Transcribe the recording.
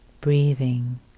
breathing